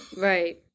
Right